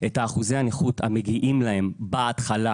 את אחוזי הנכות המגיעים להם בהתחלה,